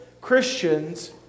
Christians